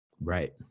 Right